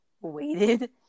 waited